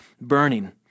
burning